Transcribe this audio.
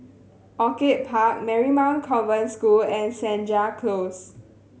Orchid Park Marymount Convent School and Senja Close